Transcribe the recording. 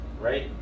right